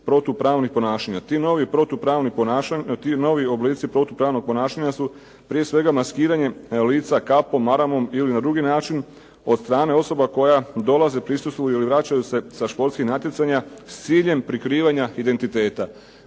protupravnih ponašanja. Ti novi oblici protupravnog ponašanja su prije svega maskiranje lica kapom, maramom ili na drugi način od strane osoba koje dolaze, prisustvuju ili vraćaju se sa športskih natjecanja s ciljem prikrivanja identiteta.